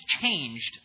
changed